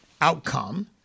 outcome